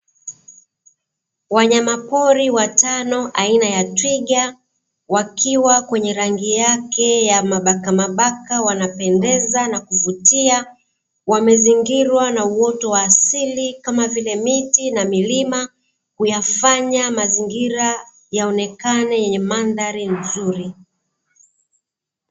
Wanyamapori watano aina ya twiga, wakiwa kwenye rangi yake ya mabakamabaka, wanapendeza na kuvutia, wamezingirwa na uoto wa asili, kama vile miti na milima, huyafanya mazingira yaonekane yenye mandhari nzuri.